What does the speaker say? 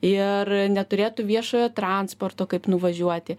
ir neturėtų viešojo transporto kaip nuvažiuoti